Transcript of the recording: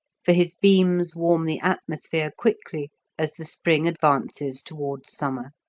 for his beams warm the atmosphere quickly as the spring advances towards summer.